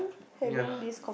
ya